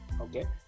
okay